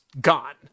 gone